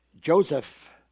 Joseph